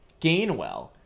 Gainwell